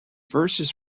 verses